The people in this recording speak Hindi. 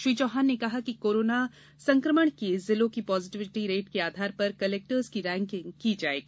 श्री चौहान ने कहा है कि कोरोना संक्रमण की जिलों की पॉजिटिविटी रेट के आधार पर कलेक्टरों की रैंकिंग की जाएगी